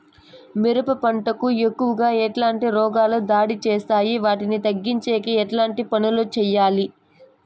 మిరప పంట కు ఎక్కువగా ఎట్లాంటి రోగాలు దాడి చేస్తాయి వాటిని తగ్గించేకి ఎట్లాంటి పనులు చెయ్యాలి?